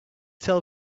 tell